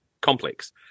complex